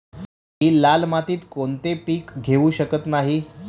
मी लाल मातीत कोणते पीक घेवू शकत नाही?